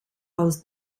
aus